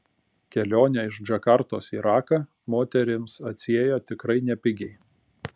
kelionė iš džakartos į raką moterims atsiėjo tikrai nepigiai